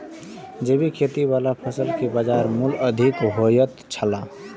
जैविक खेती वाला फसल के बाजार मूल्य अधिक होयत छला